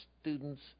students